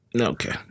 Okay